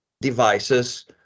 devices